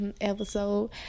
episode